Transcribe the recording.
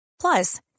Plus